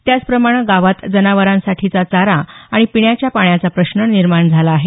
त्याचप्रमाणे गावात जनावरासाठीचा चारा आणि पिण्याच्या पाण्याचा प्रश्न निर्माण झाला आहे